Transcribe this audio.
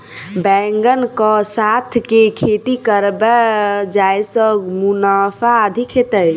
बैंगन कऽ साथ केँ खेती करब जयसँ मुनाफा अधिक हेतइ?